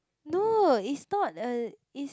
no is not a is